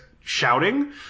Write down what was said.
shouting